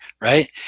right